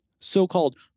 So-called